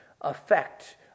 affect